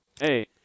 Hey